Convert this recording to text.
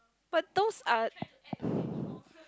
but those are